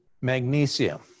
magnesium